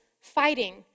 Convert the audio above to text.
fighting